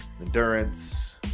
endurance